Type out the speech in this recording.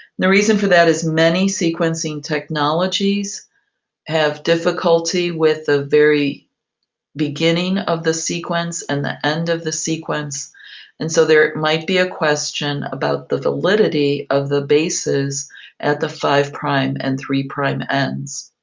the reason for that is many sequencing technologies have difficulty with the very beginning of the sequence and the end of the sequence and so there might be a question about the validity of the bases at the five-prime and three-prime ends.